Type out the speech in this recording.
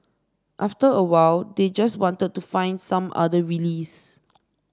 after a while they just want to find some other release